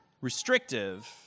restrictive